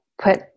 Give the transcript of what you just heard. put